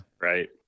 Right